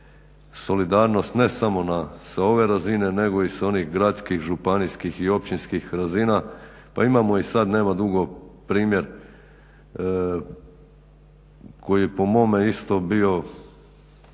solidarnost ne samo sa ove razine nego i sa onih gradskih, županijskih i općinskih razina. Pa imamo i sad nema dugo primjer koji je po mome isto bio